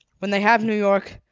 when they have new york,